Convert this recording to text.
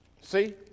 See